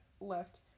left